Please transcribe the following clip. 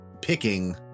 picking